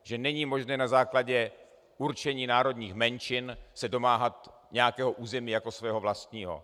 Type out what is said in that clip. Že není možné na základě určení národních menšin se domáhat nějakého území jako svého vlastního.